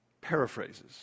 paraphrases